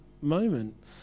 moment